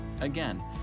Again